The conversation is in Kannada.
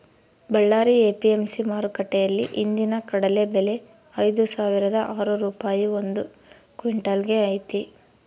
ಬಳ್ಳಾರಿ ಎ.ಪಿ.ಎಂ.ಸಿ ಮಾರುಕಟ್ಟೆಯಲ್ಲಿ ಇಂದಿನ ಕಡಲೆ ಬೆಲೆ ಐದುಸಾವಿರದ ಆರು ರೂಪಾಯಿ ಒಂದು ಕ್ವಿನ್ಟಲ್ ಗೆ ಐತೆ